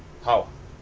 how